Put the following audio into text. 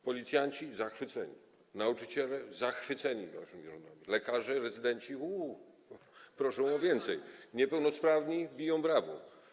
Policjanci zachwyceni, nauczyciele zachwyceni waszymi rządami, lekarze rezydenci proszą o więcej, niepełnosprawni biją brawo.